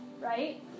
right